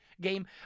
game